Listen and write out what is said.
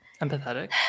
empathetic